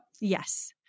Yes